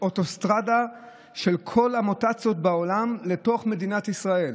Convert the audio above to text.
שאוטוסטרדה של כל המוטציות בעולם בתוך מדינת ישראל.